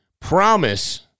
promise